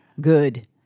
Good